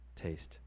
taste